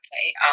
Okay